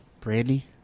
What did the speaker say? Brandy